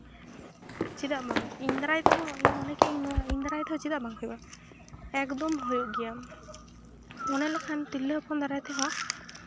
ᱪᱮᱫᱟᱜ ᱵᱟᱝ ᱤᱧ ᱫᱟᱨᱟᱭ ᱛᱮᱦᱚᱸ ᱤᱧ ᱢᱚᱱᱮ ᱠᱤᱭᱟᱹᱧ ᱱᱚᱣᱟ ᱤᱧ ᱫᱟᱨᱟᱭ ᱛᱮᱦᱚᱸ ᱪᱮᱫᱟᱜ ᱵᱟᱝ ᱦᱩᱭᱩᱜᱼᱟ ᱮᱠᱫᱚᱢ ᱦᱩᱭᱩᱜ ᱜᱮᱭᱟ ᱢᱚᱱᱮ ᱞᱮᱠᱷᱟᱱ ᱛᱤᱨᱞᱟᱹ ᱦᱚᱯᱚᱱ ᱫᱟᱨᱟᱭ ᱛᱮᱦᱚᱸ